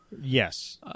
Yes